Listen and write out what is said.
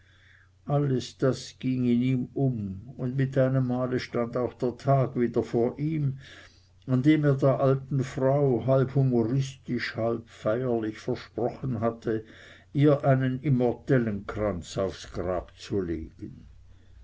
alles das ging in ihm um und mit einem male stand auch der tag wieder vor ihm an dem er der alten frau halb humoristisch halb feierlich versprochen hatte ihr einen immortellenkranz aufs grab zu legen